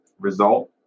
result